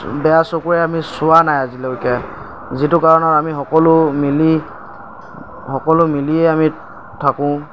বেয়া চকুৰে আমি চোৱা নাই আজিলৈকে যিটো কাৰণত আমি সকলো মিলি সকলো মিলিয়ে আমি থাকোঁ